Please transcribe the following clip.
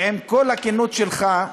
עם כל הכנות שלך,